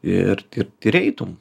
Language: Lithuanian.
ir ir ir eitum